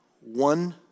One